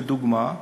לדוגמה,